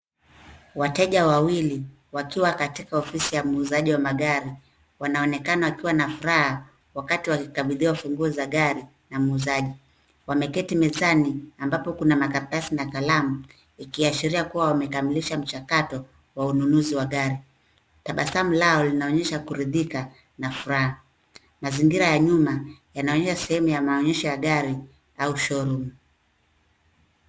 Wateja wawili wakiwa katika ofisi ya muuzaji wa magari wanaonekana wakiwa na furaha wakati wakikabidhiwa funguo za gari na muuzaji. Wameketi mezani ambapo kuna makaratasi na kalamu ikiashiria kuwa wamekamilisha mchakato wa ununuzi wa gari. Tabasamu lao linaonyesha kuridhika na furaha. Mazingira ya nyuma yanaonyesha sehemu ya maonyesho ya gari au showroom .